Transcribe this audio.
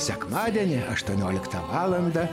sekmadienį aštuonioliktą valandą